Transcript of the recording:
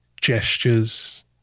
gestures